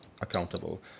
accountable